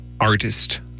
artist